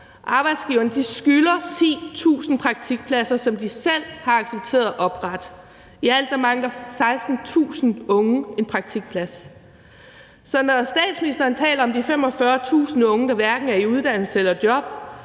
Arbejdsgiverne skylder 10.000 praktikpladser, som de selv har accepteret at oprette. I alt mangler 16.000 unge en praktikplads. Kl. 11:23 Så når statsministeren taler om de 45.000 unge, der hverken er i uddannelse eller job,